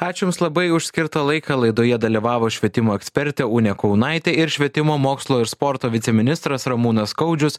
ačiū jums labai už skirtą laiką laidoje dalyvavo švietimo ekspertė unė kaunaitė ir švietimo mokslo ir sporto viceministras ramūnas skaudžius